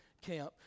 Camp